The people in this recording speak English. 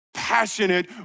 passionate